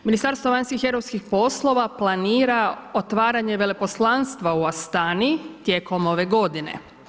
Ministarstvo vanjskih i europskih poslova planira otvaranje veleposlanstva u Astani tijekom ove godine.